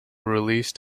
released